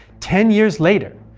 ten years later,